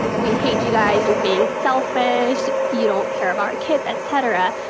we hate you guys. you're being selfish. you don't care about our kids, et cetera.